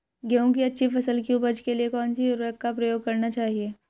गेहूँ की अच्छी फसल की उपज के लिए कौनसी उर्वरक का प्रयोग करना चाहिए?